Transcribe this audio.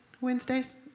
Wednesdays